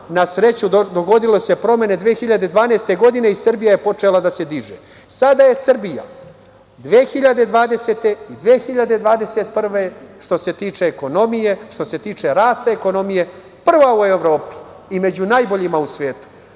Na sreću dogodile su se promene 2012. godine i Srbija je počela da se diže. Sada je Srbija 2020. i 2021. godine što se tiče ekonomije, što se tiče rasta ekonomije, prva u Evropi i među najboljima u svetu.